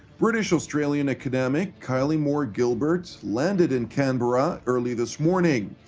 british-australian academic kylie moore-gilbert landed in canberra, early this morning.